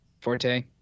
forte